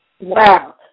Wow